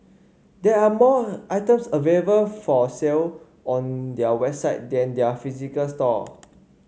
there are more items available for sale on their website than their physical store